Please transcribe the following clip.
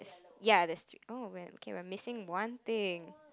ya there's three oh we're okay we are missing one thing